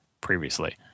previously